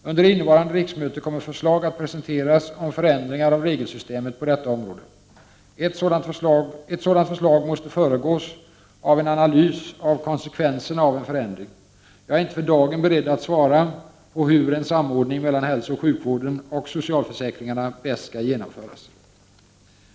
Under innevarande riksmöte kommer förslag att presenteras om förändringar av regelsystemet på detta område. Ett sådant förslag måste föregås av en analys av konsekven serna av en förändring. Jag är inte för dagen beredd att svara på frågan hur en samordning mellan hälsooch sjukvården och socialförsäkringarna bäst skall genomföras.